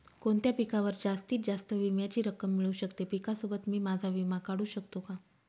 कोणत्या पिकावर जास्तीत जास्त विम्याची रक्कम मिळू शकते? पिकासोबत मी माझा विमा काढू शकतो का?